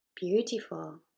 Beautiful